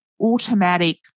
Automatic